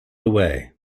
away